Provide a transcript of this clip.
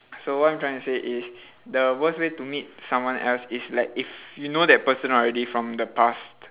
so what I'm trying to say is the worst way to meet someone else is like if you know that person already from the past